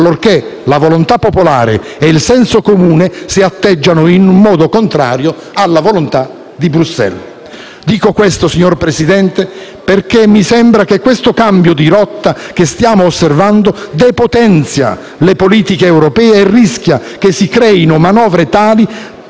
allorché la volontà popolare e il senso comune si atteggiano in modo contrario alla volontà di Bruxelles. Dico questo, signor Presidente, perché mi sembra che il cambio di rotta che stiamo osservando depotenzi le politiche europee con il rischio che si creino manovre tali